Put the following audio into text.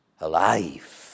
Alive